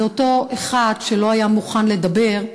אותו אחד שלא היה מוכן לדבר,